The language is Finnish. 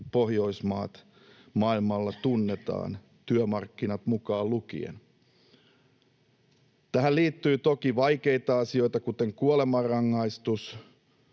Pohjoismaat, maailmalla tunnetaan, työmarkkinat mukaan lukien. Tähän liittyy toki vaikeita asioita, kuten kuolemanrangaistus.